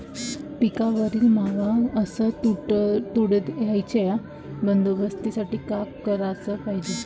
पिकावरील मावा अस तुडतुड्याइच्या बंदोबस्तासाठी का कराच पायजे?